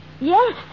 Yes